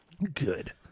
Good